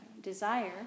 desire